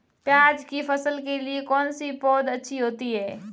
प्याज़ की फसल के लिए कौनसी पौद अच्छी होती है?